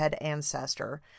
ancestor